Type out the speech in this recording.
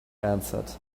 answered